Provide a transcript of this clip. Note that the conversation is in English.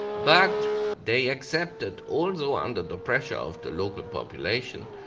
but they accepted, although under the pressure of the local population,